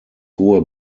hohe